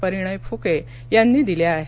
परिणय फुके यांनी दिल्या आहेत